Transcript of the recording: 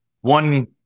one